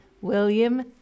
William